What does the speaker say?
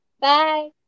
Bye